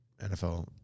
NFL